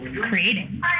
creating